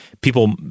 People